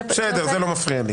בסדר, זה לא מפריע.